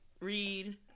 read